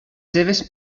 seves